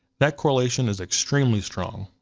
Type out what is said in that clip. that correlation is extremely strong.